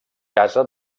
casa